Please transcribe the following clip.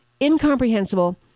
incomprehensible